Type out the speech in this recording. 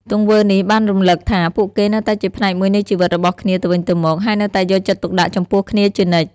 ទង្វើនេះបានរំឭកថាពួកគេនៅតែជាផ្នែកមួយនៃជីវិតរបស់គ្នាទៅវិញទៅមក ហើយនៅតែយកចិត្តទុកដាក់ចំពោះគ្នាជានិច្ច។